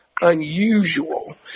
unusual